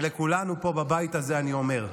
ולכולנו פה בבית הזה אני אומר: